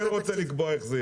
וקארה,